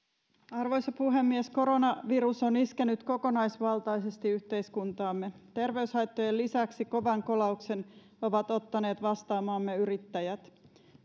arvoisa puhemies koronavirus on iskenyt kokonaisvaltaisesti yhteiskuntaamme terveyshaittojen lisäksi kovan kolauksen ovat ottaneet vastaan maamme yrittäjät